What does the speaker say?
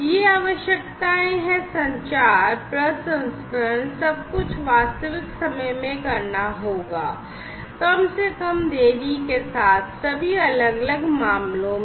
ये आवश्यकताएं हैं संचार प्रसंस्करण सब कुछ वास्तविक समय में करना होगा कम से कम देरी के साथ सभी अलग अलग मामलों में